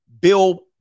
bill